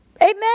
amen